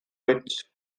rich